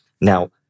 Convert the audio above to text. Now